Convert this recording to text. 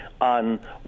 On